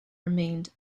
remained